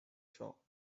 saw